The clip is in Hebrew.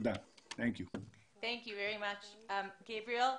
כאן ישראל חייבת לשחק תפקיד חשוב.